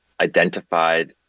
identified